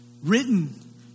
Written